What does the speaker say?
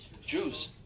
Jews